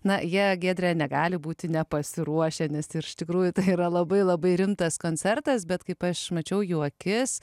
na jie giedre negali būti nepasiruošę nes iš tikrųjų tai yra labai labai rimtas koncertas bet kaip aš mačiau jų akis